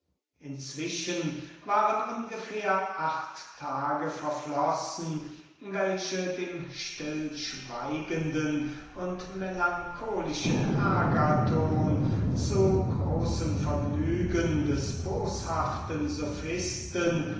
inzwischen waren ungefähr acht tage verflossen welche dem stillschweigenden und melancholischen agathon zu großem vergnügen des boshaften